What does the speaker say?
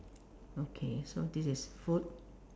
okay so this is food